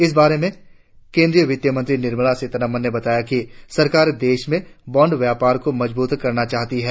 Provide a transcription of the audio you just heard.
इस बारे में केंद्रीय वित्त मंत्री निर्मला सीतारामन ने बताया कि सरकार देश में बॉण्ड बाजार को मजबूत करना चाहती है